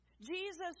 Jesus